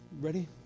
ready